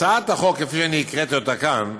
הצעת החוק, כפי שהקראתי אותה כאן,